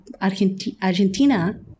Argentina